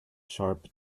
sharp